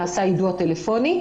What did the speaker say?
נעשה יידוע טלפוני,